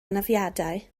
anafiadau